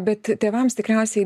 bet tėvams tikriausiai